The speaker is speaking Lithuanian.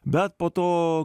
bet po to